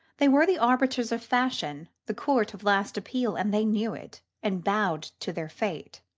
they were the arbiters of fashion, the court of last appeal, and they knew it, and bowed to their fate.